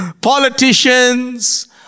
Politicians